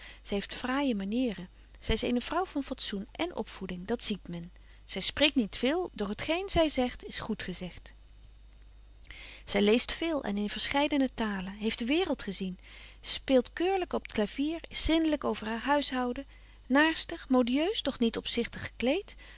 zy heeft fraaije manieren zy is eene vrouw van fatsoen èn opvoeding dat ziet men zy spreekt niet veel doch t geen zy zegt is goed gezegt zy leest veel en in verscheidene talen heeft de waereld gezien speelt keurlyk op t clabetje wolff en aagje deken historie van mejuffrouw sara burgerhart vier is zindelyk over haar huishouden naerstig modieus doch niet opzichtig gekleedt